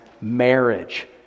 marriage